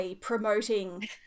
promoting